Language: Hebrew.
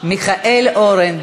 מיכאל אורן.